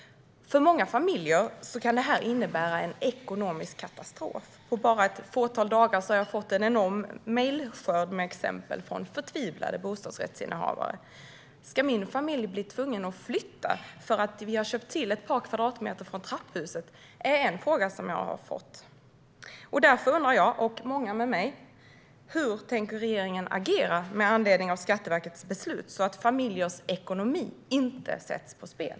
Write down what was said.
För många familjer kan det här innebära en ekonomisk katastrof. På ett fåtal dagar har jag fått en enorm mejlskörd med exempel från förtvivlade bostadsrättsinnehavare. "Ska min familj bli tvungen att flytta för att vi har köpt till ett par kvadratmeter från trapphuset?" är en fråga som jag har fått. Därför undrar jag och många med mig: Hur tänker regeringen agera med anledning av Skatteverkets beslut så att familjers ekonomi inte sätts på spel?